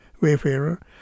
wayfarer